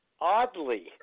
oddly